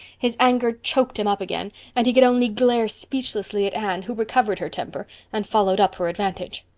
his anger choked him up again and he could only glare speechlessly at anne, who recovered her temper and followed up her advantage.